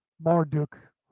Marduk